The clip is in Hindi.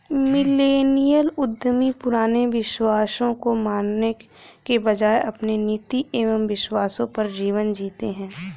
मिलेनियल उद्यमी पुराने विश्वासों को मानने के बजाय अपने नीति एंव विश्वासों पर जीवन जीते हैं